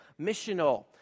Missional